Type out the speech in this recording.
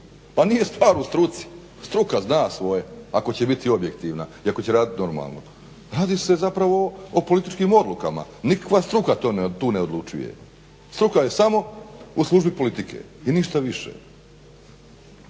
Pa nije stvar u struci? Struka zna svoje ako će biti objektivna i ako će raditi normalno. Radi se zapravo o političkim odlukama, nikakva struka tu ne odlučuje. Struka je samo u službi politike i ništa više